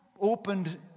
opened